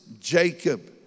Jacob